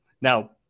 Now